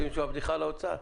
רוצים לשמוע בדיחה על האוצר?